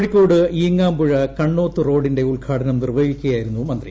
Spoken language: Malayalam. കോഴിക്കോട് ഈങ്ങാപ്പുഴ കണ്ണോത്ത് റോഡിന്റെ ഉദ്ഘാടനം നിർവ്വഹിക്കുകയായി രുന്നു മന്ത്രി